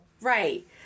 Right